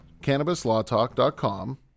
CannabisLawTalk.com